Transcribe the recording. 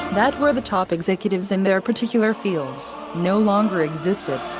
that were the top executives in their particular fields, no longer existed.